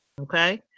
Okay